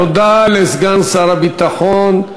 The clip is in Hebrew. תודה לסגן שר הביטחון.